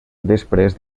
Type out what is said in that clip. després